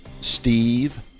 Steve